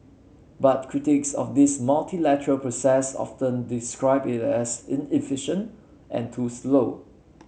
but critics of this multilateral process often describe it as inefficient and too slow